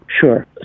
Sure